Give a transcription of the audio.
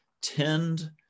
tend